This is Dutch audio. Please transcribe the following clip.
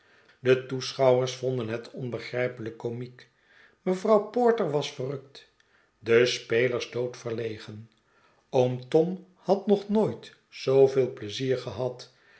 e toeschouwers vonden het onbegrijpelijk komiek mevrouw porter was verrukt de spelers doodverlegen oom tom had nog nooit zooveel pleizier gehad